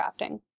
crafting